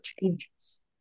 changes